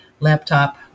laptop